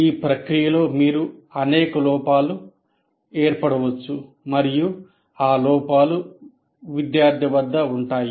ఈ ప్రక్రియలో మీరు అనేక లోపాలు ఏర్పడవచ్చు మరియు ఆ లోపాలు విద్యార్థి వద్ద ఉంటాయి